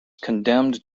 condemned